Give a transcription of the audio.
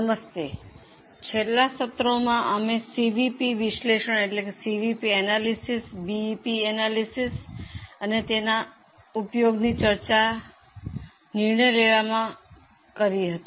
નમસ્તે છેલ્લા સત્રોમાં અમે સીવીપી વિશ્લેષણ બીઇપી વિશ્લેષણ અને તેના ઉપયોગની ચર્ચા નિર્ણય લેવામાં કરી હતી